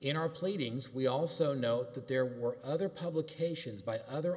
in our pleadings we also note that there were other publications by other